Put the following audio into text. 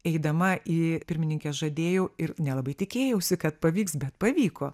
eidama į pirmininkes žadėjau ir nelabai tikėjausi kad pavyks bet pavyko